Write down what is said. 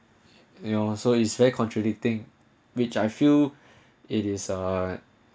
you know so is very contributing which I feel it is a